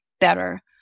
better